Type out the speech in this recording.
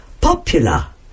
popular